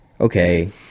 okay